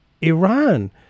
Iran